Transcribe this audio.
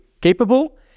capable